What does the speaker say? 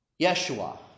Yeshua